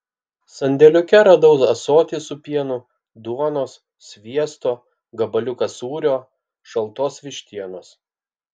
sandėliuke radau ąsotį su pienu duonos sviesto gabaliuką sūrio šaltos vištienos